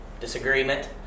disagreement